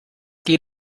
geht